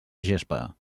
gespa